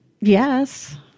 Yes